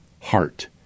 heart